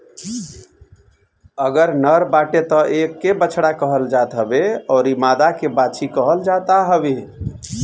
अगर नर बाटे तअ एके बछड़ा कहल जात हवे अउरी मादा के बाछी कहल जाता हवे